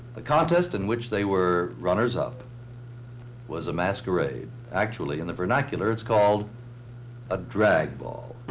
the contest in which they were runners-up was a masquerade. actually, in the vernacular, it's called a drag ball.